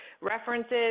references